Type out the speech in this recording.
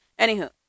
Anywho